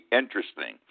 interesting